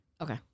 Okay